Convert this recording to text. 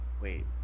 wait